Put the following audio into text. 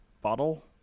bottle